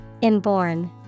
Inborn